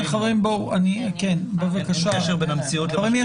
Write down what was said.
אין קשר בין המציאות לבין --- חברים,